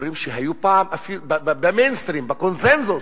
לסופרים שהיו פעם ב"מיינסטרים", בקונסנזוס,